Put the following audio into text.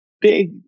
big